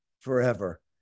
forever